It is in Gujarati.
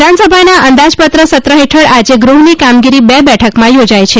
વિધાનસભાના અંદાજપત્ર સત્ર હેઠળ આજે ગૃહની કામગીરી બે બેઠકમાં યોજાઇ છે